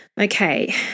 Okay